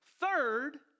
Third